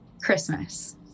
Christmas